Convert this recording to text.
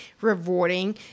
rewarding